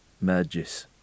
merges